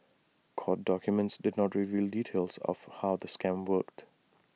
court documents did not reveal details of how the scam worked